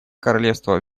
королевство